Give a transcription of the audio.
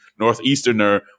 northeasterner